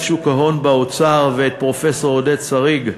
שוק ההון באוצר ואת פרופסור עודד שריג,